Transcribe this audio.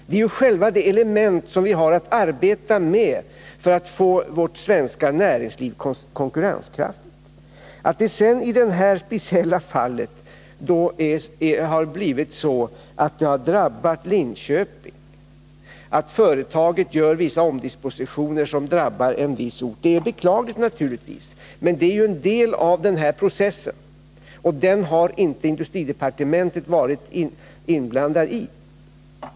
Det är ju själva det element som vi har att arbeta med för att få vårt svenska näringsliv konkurrenskraftigt. Att det sedan i det här speciella fallet har blivit så att det har drabbat Linköping, att företaget gör vissa omdispositioner som drabbar en viss ort, det är naturligtvis beklagligt, men det är en del av den här processen, och den har inte industridepartementet varit inblandat i.